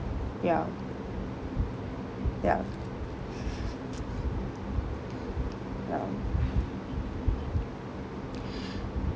ya ya ya